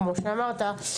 כמו שאמרת,